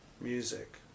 music